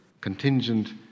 contingent